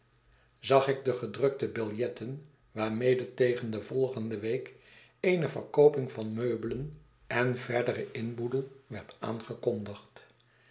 zag ik de gedrukte biljetten waarmede tegen de volgende week eene verkooping van meubelen en verderen inboedel werd aangekondigd